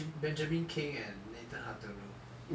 benjamin kheng and nathan hartono